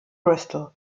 bristol